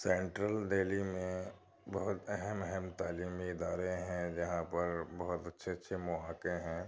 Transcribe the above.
central Delhi میں بہت اہم اہم تعلیمی ادارے ہیں جہاں پر بہت اچھے اچھے مواقع ہیں